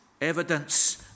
evidence